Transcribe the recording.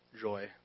joy